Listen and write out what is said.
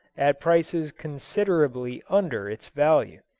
at prices considerably under its value.